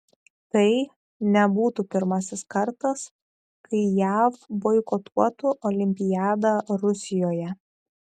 tai nebūtų pirmasis kartas kai jav boikotuotų olimpiadą rusijoje